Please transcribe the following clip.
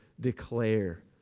declare